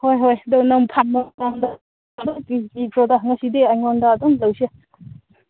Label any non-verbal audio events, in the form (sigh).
ꯍꯣꯏ ꯍꯣꯏ ꯑꯗꯨ ꯅꯪ (unintelligible) ꯉꯁꯤꯗꯤ ꯑꯩꯉꯣꯟꯗ ꯑꯗꯨꯝ ꯂꯩꯁꯦ